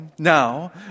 Now